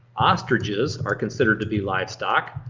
ostriches are considered to be livestock,